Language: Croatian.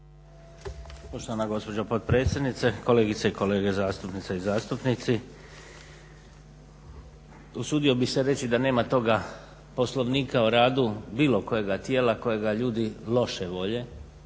Poštovana gospođo potpredsjednice, kolegice i kolege zastupnice i zastupnici. Usudio bih se reći da nema toga Poslovnika o radu bilo kojega tijela kojega ljudi loše volje,